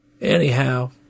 Anyhow